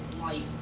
life